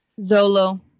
Zolo